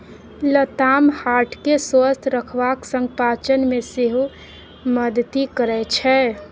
लताम हार्ट केँ स्वस्थ रखबाक संग पाचन मे सेहो मदति करय छै